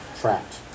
trapped